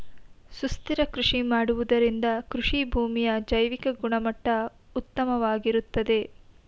ಸುಸ್ಥಿರ ಕೃಷಿ ಮಾಡುವುದರಿಂದ ಕೃಷಿಭೂಮಿಯ ಜೈವಿಕ ಗುಣಮಟ್ಟ ಉತ್ತಮವಾಗಿರುತ್ತದೆ